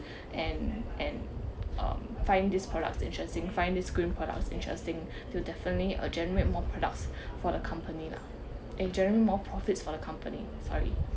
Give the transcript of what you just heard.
and and um finding these products interesting find these green products interesting they will definitely uh generate more products for the company lah it will generate more profits for the company sorry